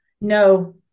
No